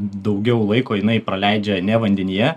daugiau laiko jinai praleidžia ne vandenyje